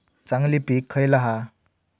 चांगली पीक खयला हा?